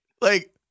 like-